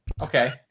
Okay